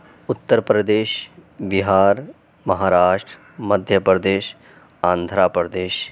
Uttar Pradesh Bihar Maharashtra Madhya Pradesh Andhra Pradesh